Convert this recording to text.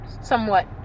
somewhat